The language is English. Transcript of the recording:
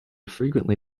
frequently